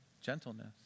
gentleness